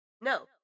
No